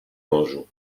morzu